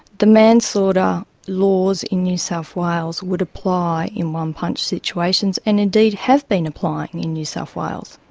the manslaughter laws in new south wales would apply in one-punch situations and indeed have been applying in new south wales.